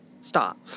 stop